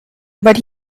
but